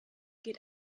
geht